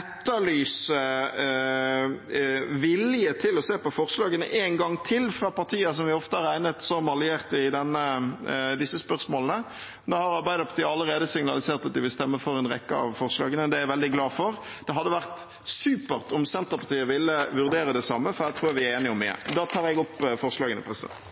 etterlyse vilje til å se på forslagene en gang til fra partier vi ofte har regnet som allierte i disse spørsmålene. Nå har Arbeiderpartiet allerede signalisert at de vil stemme for en rekke av forslagene. Det er jeg veldig glad for. Det hadde vært supert om Senterpartiet ville vurdere det samme, for her tror jeg vi er enige om mye. Jeg tar opp forslagene. Representanten Audun Lysbakken har tatt opp de forslagene